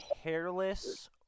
hairless